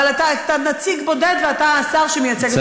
אבל אתה נציג יחיד ואתה השר שמייצג את הממשלה.